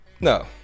No